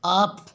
off